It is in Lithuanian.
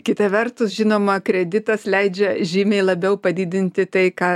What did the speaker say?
kita vertus žinoma kreditas leidžia žymiai labiau padidinti tai ką